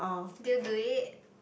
did you do it